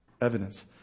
Evidence